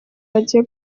bagiye